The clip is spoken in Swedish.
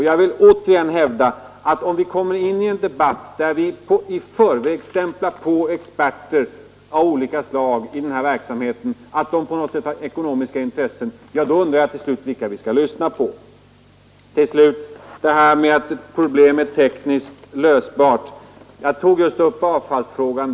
Jag vill återigen hävda att om vi i en debatt i förväg sätter stämplar på experter av olika slag och påstår att de på något sätt har ekonomiska intressen, då undrar jag vilka vi till slut skall lyssna på. Slutligen vill jag ta upp frågan huruvida ett problem är tekniskt lösbart. I det sammanhanget tog jag upp avfallsfrågan.